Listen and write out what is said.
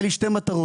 היו לי שתי מטרות,